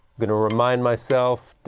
going to remind myself